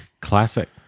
Classic